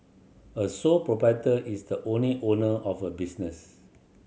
a sole proprietor is the only owner of a business